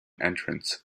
entrance